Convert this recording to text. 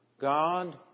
God